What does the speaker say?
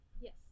Yes